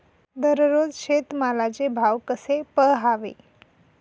दररोज शेतमालाचे भाव कसे पहावे?